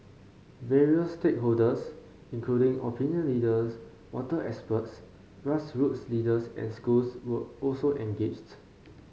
various stakeholders including opinion leaders water experts grassroots leaders and schools were also engaged